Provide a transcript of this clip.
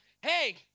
hey